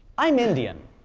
i'm indian,